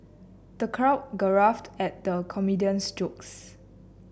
the crowd guffawed at the comedian's jokes